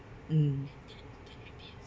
mm